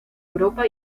europa